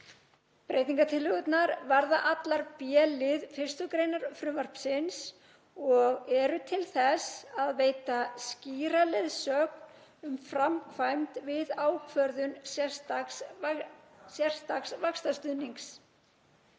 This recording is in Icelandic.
Breytingartillögurnar varða allar b-lið 1. gr. frumvarpsins og eru til þess að veita skýra leiðsögn um framkvæmd við ákvörðun sérstaks vaxtastuðnings.